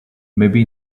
maybe